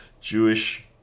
Jewish